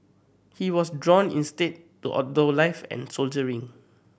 he was drawn instead to outdoor life and soldiering